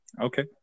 Okay